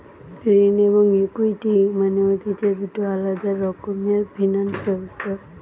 ঋণ এবং ইকুইটি মানে হতিছে দুটো আলাদা রকমের ফিনান্স ব্যবস্থা